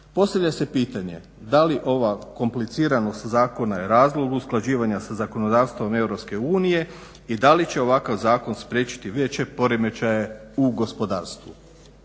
Postavlja se pitanje, da li ova kompliciranost zakona je razlog usklađivanja sa zakonodavstvom EU i da li će ovakav zakon spriječiti veće poremećaje u gospodarstvu.